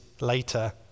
later